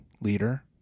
leader